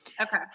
Okay